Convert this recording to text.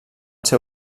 ser